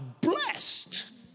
blessed